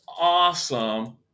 awesome